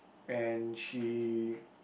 and she